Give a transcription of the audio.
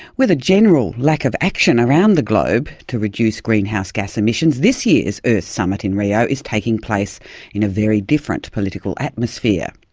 with a general lack of action around the globe to reduce greenhouse gas emissions, this year's earth summit in rio is taking place in a very different political atmosphere.